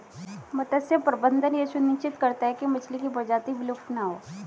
मत्स्य प्रबंधन यह सुनिश्चित करता है की मछली की प्रजाति विलुप्त ना हो